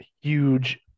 huge